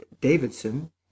davidson